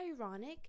ironic